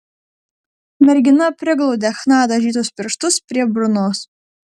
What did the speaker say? mergina priglaudė chna dažytus pirštus prie burnos